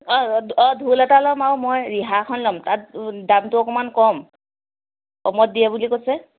অঁ ঢোল এটা ল'ম আৰু মই ৰিহা এখন ল'ম দামটো অকণমান কম কমত দিয়ে বুলি কৈছে